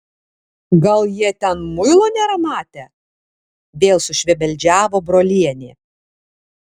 gal jie ten muilo nėra matę vėl sušvebeldžiavo brolienė